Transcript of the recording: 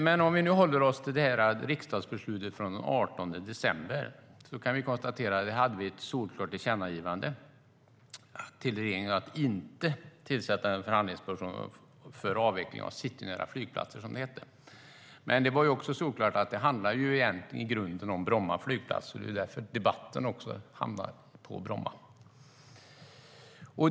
Men för att hålla oss till riksdagsbeslutet från den 18 december: Där hade vi ett solklart tillkännagivande till regeringen om att inte tillsätta en förhandlingsperson för avveckling av citynära flygplatser, som det hette. Men det var också solklart att det i grunden handlade om Bromma flygplats. Det är därför debatten handlar om Bromma.